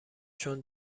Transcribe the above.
چون